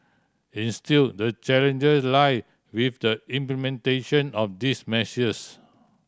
instill the challenges lie with the implementation of these measures